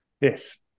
Yes